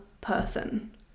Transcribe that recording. person